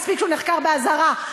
מספיק שהוא נחקר באזהרה.